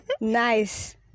Nice